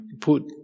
Put